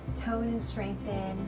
tone and strengthen,